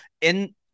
in-